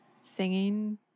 singing